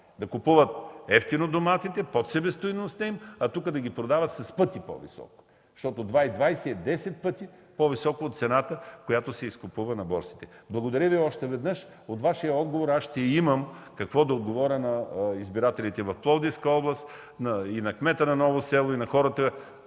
да купуват евтино доматите, под себестойността им, а тук да ги продават с пъти по-високо, защото два и двайсет е десет пъти по-високо от цената, която се изкупува на борсите. Благодаря Ви още веднъж. От Вашия отговор ще имам какво да отговаря на избирателите в Пловдивска област, на кмета на Ново село и на хората